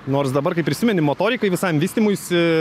nors dabar kaip prisimeni motorikai visam vystymuisi